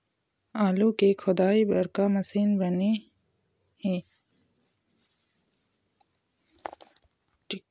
आलू के खोदाई बर का मशीन हर बने ये?